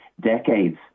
decades